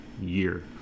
year